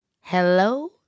Hello